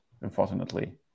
Unfortunately